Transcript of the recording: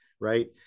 right